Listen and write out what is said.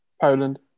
Poland